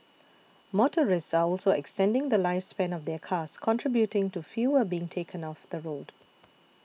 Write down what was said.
motorists are also extending the lifespan of their cars contributing to fewer being taken off the road